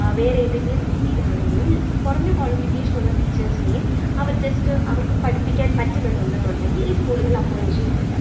വേറെ ഏതെങ്കിലും രീതിയിൽ ആണെങ്കിലും കുറഞ്ഞ ക്വളിഫിക്കേഷനുള്ള ടീച്ചേഴ്സിനെയും അവര് ജസ്റ്റ് അവർക്ക് പഠിപ്പിക്കാൻ പറ്റും എന്നുണ്ടെന്നുണ്ടെങ്കിൽ ഈ സ്കൂളുകൾ അപ്പോയിന്റ് ചെയ്യുന്നുണ്ട്